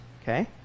Okay